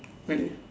really